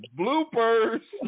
bloopers